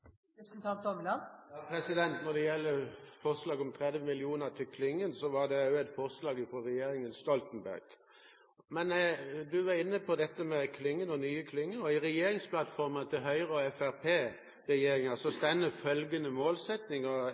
Når det gjelder forslaget om 30 mill. kr til klyngene, var det et forslag fra regjeringen Stoltenberg. Men statsråden var inne på dette med klyngene og nye klynger. I regjeringsplattformen til